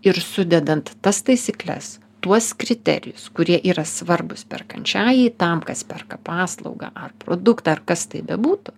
ir sudedant tas taisykles tuos kriterijus kurie yra svarbūs perkančiajai tam kas perka paslaugą ar produktą ar kas tai bebūtų